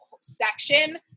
section